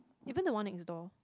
even the one next door